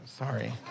Sorry